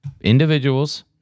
individuals